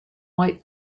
white